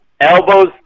Elbows